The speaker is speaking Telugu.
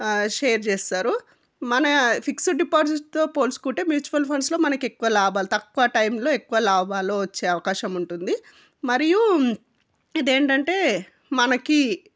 షేర్ చేస్తారు మన ఫిక్సడ్ డిపాజిట్తో పోల్చుకుంటే మ్యూచువల్ ఫండ్స్లో మనకెక్కువ లాభాలు తక్కువ టైంలో ఎక్కువ లాభాలు వచ్చే అవకాశం ఉంటుంది మరియు ఇదేంటంటే మనకి